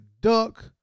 Duck